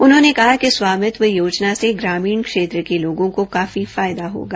उन्होंने कहा कि स्वामित्व योजना से ग्रामीण क्षेत्र के लोगों को काफी फायदा होगा